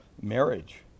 marriage